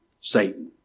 Satan